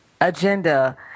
agenda